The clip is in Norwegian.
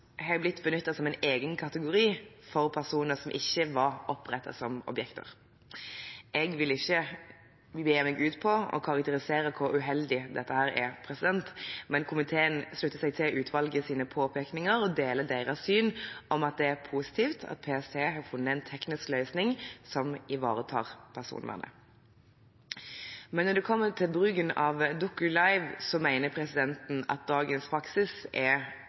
har blitt benyttet som en egen kategori for personer som ikke var opprettet som objekter. Jeg vil ikke begi meg ut på å karakterisere hvor uheldig dette er, men komiteen slutter seg til utvalgets påpekninger og deler deres syn om at det er positivt at PST har funnet en teknisk løsning som ivaretar personvernet. Når det kommer til bruken av DocuLive, mener komiteen at dagens praksis er